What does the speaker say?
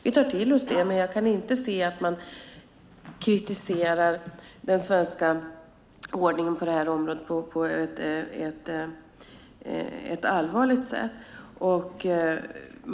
Vi tar till oss det, men jag kan inte se att man kritiserar den svenska ordningen på det här området på något allvarligt sätt.